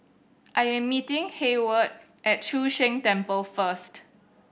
I am meeting Hayward at Chu Sheng Temple first